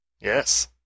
Yes